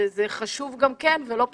גם זה חשוב ולא פחות.